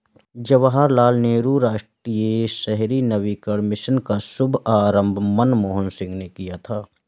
जवाहर लाल नेहरू राष्ट्रीय शहरी नवीकरण मिशन का शुभारम्भ मनमोहन सिंह ने किया था